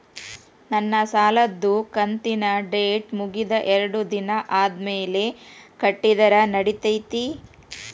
ನನ್ನ ಸಾಲದು ಕಂತಿನ ಡೇಟ್ ಮುಗಿದ ಎರಡು ದಿನ ಆದ್ಮೇಲೆ ಕಟ್ಟಿದರ ನಡಿತೈತಿ?